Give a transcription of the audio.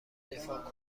دفاع